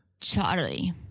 Charlie